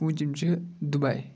پوٗنٛژِم چھِ دُبَے